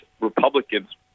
Republicans